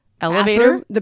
elevator